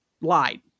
lied